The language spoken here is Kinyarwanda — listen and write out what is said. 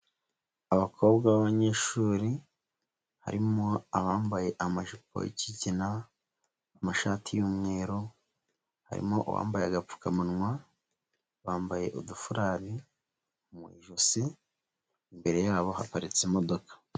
Abakobwa b'abanyeshuri harimo abambaye amajipo y'ikigina, amashati y'umweru, harimo uwambaye agapfukamunwa, bambaye udufurari mu ijosi, imbere yabo haparitse imodoka.